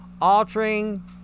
altering